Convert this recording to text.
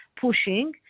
pushing –